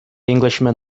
englishman